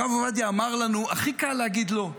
הרב עובדיה אמר לנו: הכי קל להגיד לא,